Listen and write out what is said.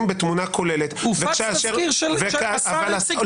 בתמונה כוללת -- הופץ תזכיר שהשר הציג.